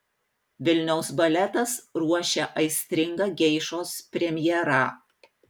vilniaus baletas ruošia aistringą geišos premjerą